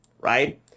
right